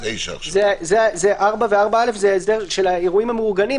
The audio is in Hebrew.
(4) ו-(4א) זה ההסדר של האירועים המאורגנים,